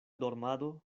dormado